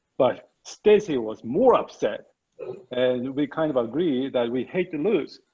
but stacey was more upset and we kind of agree that we hate to lose.